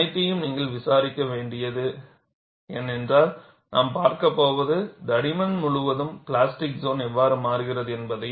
அனைத்தையும் நீங்கள் விசாரிக்க வேண்டியது ஏனெறால் நாம் பார்க்கப் போவது தடிமன் முழுவதும் பிளாஸ்டிக் சோன் எவ்வாறு மாறுகிறது என்பதையும்